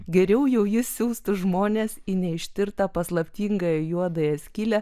geriau jau jis siųstų žmones į neištirtą paslaptingą juodąją skylę